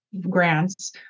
grants